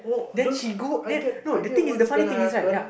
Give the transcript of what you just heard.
then she go then no the thing is the funny thing is right ya